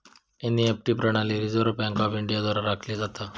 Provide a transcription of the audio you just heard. NEFT प्रणाली reserve bank of India द्वारा राखली जाता